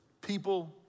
people